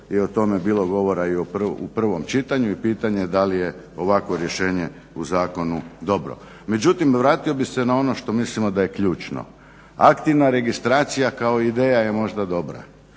je o tome bilo govora i u prvom čitanju i pitanje da li je ovakvo rješenje u zakonu dobro. Međutim, vratio bih se na ono što mislimo da je ključno. Aktivna registracija kao ideja je možda dobra